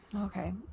okay